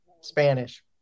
Spanish